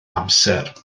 amser